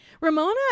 Ramona